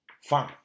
fine